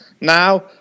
Now